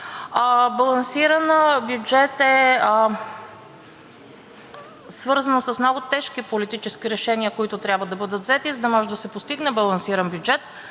Балансиран бюджет е свързан с много тежки политически решения, които трябва да бъдат взети, за да може да се постигне балансиран бюджет